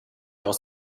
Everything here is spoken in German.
aus